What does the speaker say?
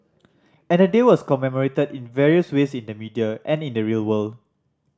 and the day was commemorated in various ways in the media and in the real world